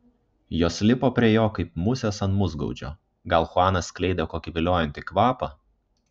jos lipo prie jo kaip musės ant musgaudžio gal chuanas skleidė kokį viliojantį kvapą